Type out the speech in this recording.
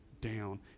down